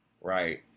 right